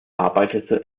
arbeitete